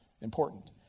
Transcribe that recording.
important